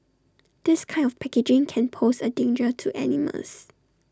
this kind of packaging can pose A danger to animals